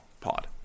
pod